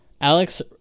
Alex